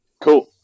Cool